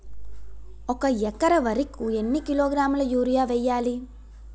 ఒక ఎకర వరి కు ఎన్ని కిలోగ్రాముల యూరియా వెయ్యాలి?